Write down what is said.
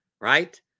right